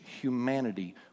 humanity